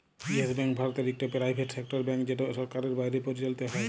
yes Bank ভারতের ইকট private sector bank যেট সরকারের বাইরে পরিচালিত হ্যয়